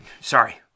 sorry